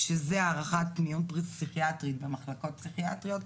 שזו הערכה ומיון פסיכיאטרי במחלקות פסיכיאטריות,